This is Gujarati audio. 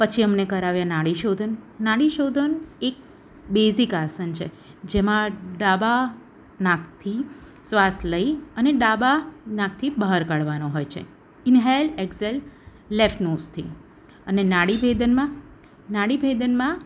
પછી અમને કરાવ્યા નાડીશોધન નાડીશોધન એક બેઝિક આસન છે જેમાં ડાબા નાકથી શ્વાસ લઇ અને ડાબા નાકથી બહાર કાઢવાનો હોય છે ઇન્હેલ એક્સેલ લેફ્ટ નોઝથી અને નાડીભેદનમાં નાડીભેદનમાં